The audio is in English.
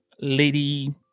lady